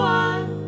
one